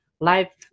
life